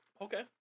Okay